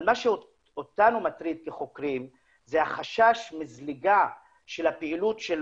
אבל מה שאותנו מטריד כחוקרים זה החשש מזליגה של הפעילות של